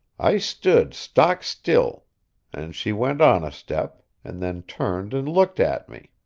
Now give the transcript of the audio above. i stood stock-still, and she went on a step, and then turned and looked at me.